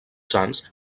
sants